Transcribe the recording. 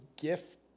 gift